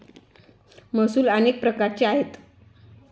महसूल अनेक प्रकारचे आहेत